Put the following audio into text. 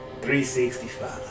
365